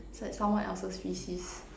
it's like someone else's feces